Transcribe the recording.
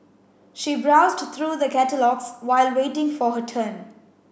she browsed through the catalogues while waiting for her turn